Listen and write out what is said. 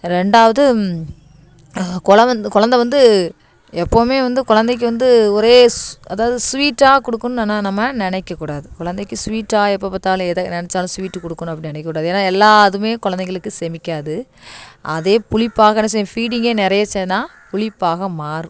ரெண்டாவது குழவந்த் குழந்த வந்து எப்பவுமே வந்து குழந்தைக்கி வந்து ஒரே ஸ் அதாவது ஸ்வீட்டாக கொடுக்கணும் ஆனால் நம்ம நினைக்கக்கூடாது குழந்தைக்கி ஸ்வீட்டாக எப்போ பார்த்தாலும் எதை நினைச்சாலும் ஸ்வீட்டு கொடுக்கணும் அப்படின்னு நினைக்ககூடாது ஏன்னால் எல்லா இதுவுமே குழந்தைங்களுக்கு செமிக்காது அதே புளிப்பாக என்ன செய்யும் ஃபீடிங்கே நிறைய சேர்ந்தா புளிப்பாக மாறும்